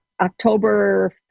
October